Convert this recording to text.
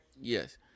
Yes